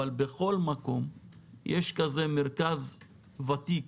אבל בכל מקום יש מרכז ותיק,